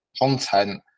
content